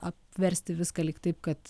apversti viską lyg taip kad